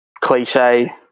cliche